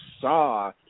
saw